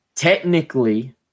Technically